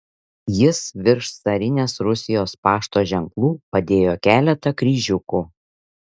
jis virš carinės rusijos pašto ženklų padėjo keletą kryžiukų